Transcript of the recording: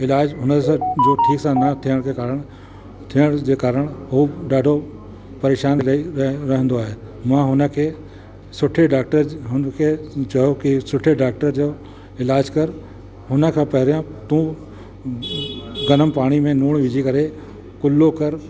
इलाज हुन सां जो ठीक सां न थियण जे कारणु थियण जे कारणु उहो ॾाढो परेशान इलाई रह रहंदो आहे मां हुन खे सुठे डॉक्टर हुन खे चयो की सुठे डॉक्टर जो इलाज कर हुन खां पहिरियां तूं गरम पाणी में लूणु विझी करे कुलो कर